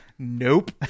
nope